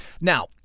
Now